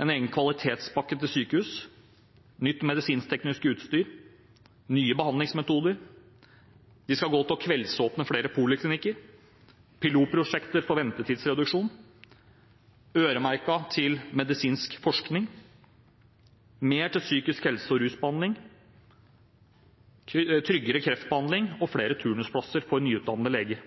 en egen kvalitetspakke til sykehus nytt medisinskteknisk utstyr nye behandlingsmetoder kveldsåpne poliklinikker pilotprosjekter om ventetidsreduksjon øremerkede midler til medisinsk forskning mer til psykisk helse og rusbehandling tryggere kreftbehandling flere turnusplasser for nyutdannede leger